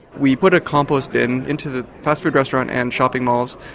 we put a compost bin into the fast food restaurant and shopping malls,